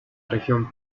región